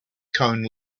cone